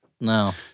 No